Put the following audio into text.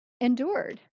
endured